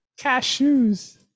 Cashews